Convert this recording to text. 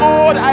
Lord